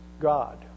God